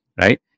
Right